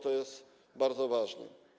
To jest bardzo ważne.